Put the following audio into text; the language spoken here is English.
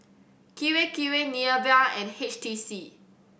Kirei Kirei Nivea and H T C